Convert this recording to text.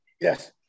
Yes